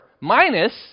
minus